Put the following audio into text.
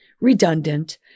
redundant